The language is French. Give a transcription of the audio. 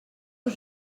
aux